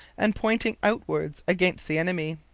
and pointing outwards against the enemy.